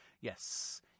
Yes